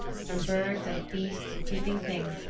from birds and beasts and creeping things,